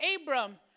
Abram